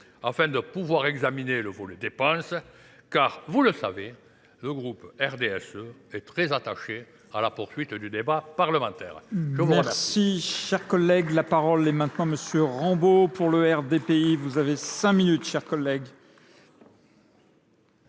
afin de pouvoir examiner le volet dépenses, car, vous le savez, le groupe RDSE est très attaché à la poursuite du débat parlementaire.